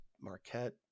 Marquette